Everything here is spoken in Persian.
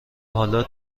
حالا